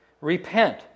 Repent